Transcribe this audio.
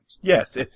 Yes